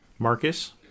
Marcus